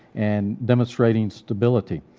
and demonstrating stability.